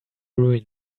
ruin